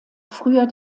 früher